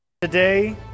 Today